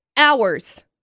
hours